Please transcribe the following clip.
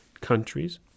countries